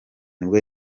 nibwo